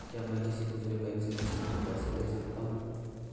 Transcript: क्या मैं किसी दूसरे बैंक से किसी को पैसे भेज सकता हूँ?